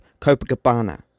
Copacabana